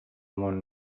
món